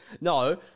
No